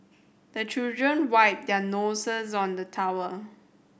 the children wipe their noses on the towel